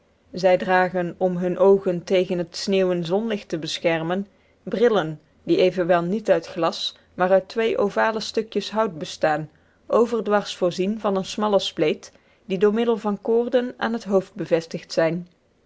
zij dragen om hunne oogen tegen het sneeuwen zonlicht te beschermen brillen die evenwel niet uit glas maar uit twee ovale stukjes hout bestaan overdwars voorzien van eene smalle spleet die door middel van koorden aan het hoofd bevestigd zijn